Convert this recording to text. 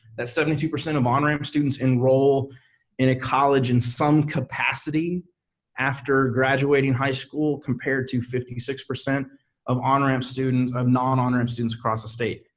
that seventy two percent of onramps students enrolled in a college in some capacity after graduating high school compared to fifty six percent of onramps students, of non-onramps students across the state,